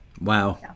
Wow